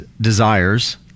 desires